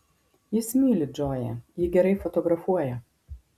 jis myli džoją ji gerai fotografuoja